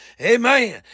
Amen